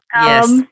Yes